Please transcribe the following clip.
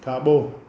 खाॿो